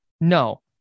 no